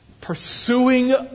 pursuing